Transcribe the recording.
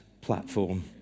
platform